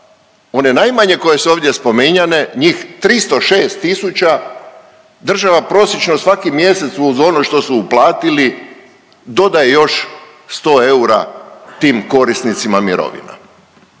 one najmanje koje su ovdje spominjane, njih 306 tisuća, država prosječno svaki mjesec, uz onog što su uplatili, dodaje još 100 eura tim korisnicima mirovina.